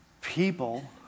people